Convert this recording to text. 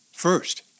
First